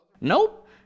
Nope